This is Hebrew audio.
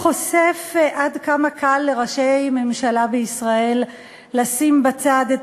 חושף עד כמה קל לראשי ממשלה בישראל לשים בצד את